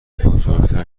بزرگتر